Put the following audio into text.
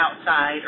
outside